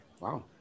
Wow